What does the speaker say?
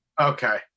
Okay